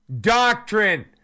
doctrine